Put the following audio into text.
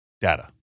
data